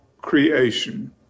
creation